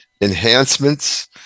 enhancements